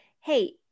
hey